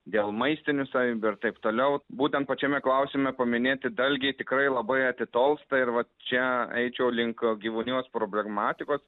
dėl maistinių savybių ir taip toliau būtent pačiame klausime paminėti dalgiai tikrai labai atitolsta ir va čia eičiau link gyvūnijos problematikos